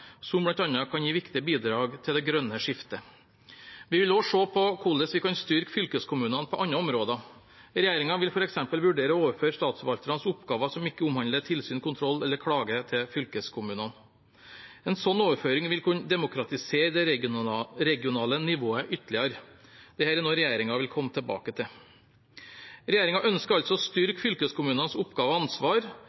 som bl.a. kan gi viktige bidrag til det grønne skiftet. Vi vil også se på hvordan vi kan styrke fylkeskommunene på andre områder. Regjeringen vil f.eks. vurdere å overføre statsforvalternes oppgaver som ikke omhandler tilsyn, kontroll eller klage, til fylkeskommunene. En slik overføring vil kunne demokratisere det regionale nivået ytterligere. Dette er noe regjeringen vil komme tilbake til. Regjeringen ønsker altså å